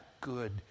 good